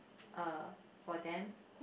uh for them